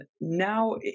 now